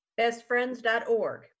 Bestfriends.org